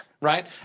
right